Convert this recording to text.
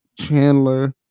Chandler